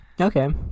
Okay